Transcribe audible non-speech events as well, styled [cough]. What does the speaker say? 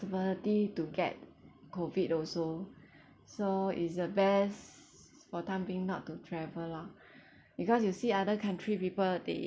possibility to get COVID also so it's the best for time being not to travel lah [breath] because you see other country people they